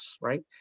right